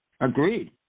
Agreed